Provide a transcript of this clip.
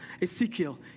Ezekiel